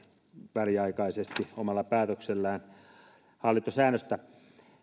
väliaikaisesti omalla päätöksellään hallintosäännöstä